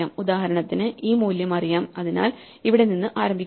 ഉദാഹരണത്തിന് ഈ മൂല്യം അറിയാം അതിനാൽ ഇവിടെ നിന്ന് ആരംഭിക്കുന്നു